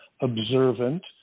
observant